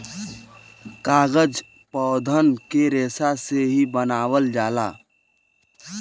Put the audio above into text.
कागज पौधन के रेसा से ही बनावल जाला